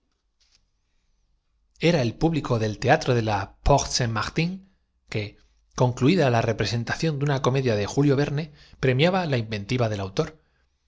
era el público del teatro de la porte saint martin qué exclamaron todos presintiendo alguna que concluida la representación de una comedia de nueva desventura julio verne premiaba la inventiva del autor